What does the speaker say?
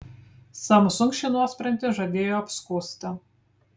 samsung šį nuosprendį žadėjo apskųsti